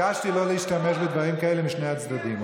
ביקשתי לא להשתמש במילים כאלה משני הצדדים,